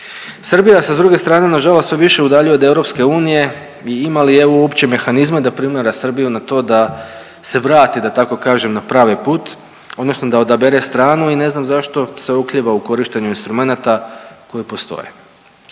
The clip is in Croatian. Srbija se s druge strane nažalost sve više udaljuje od EU i ima li EU uopće mehanizma da primora Srbiju na to da se vrati da tako kažem na pravi put odnosno da odabere stranu i ne znam zašto se oklijeva u korištenju instrumenata koji postoje.